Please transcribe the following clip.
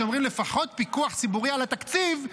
כשאומרים: לפחות פיקוח ציבורי על התקציב,